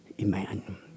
Amen